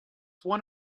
one